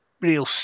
real